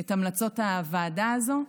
את המלצות הוועדה הזאת,